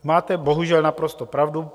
Máte bohužel naprosto pravdu.